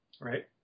Right